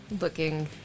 looking